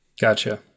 gotcha